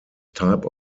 type